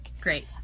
Great